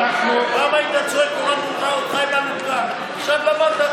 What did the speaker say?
עכשיו למדת,